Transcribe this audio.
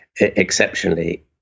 exceptionally